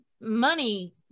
money